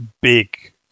big